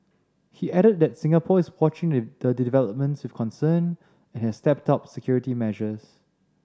he added that Singapore is watching the developments with concern and has stepped up security measures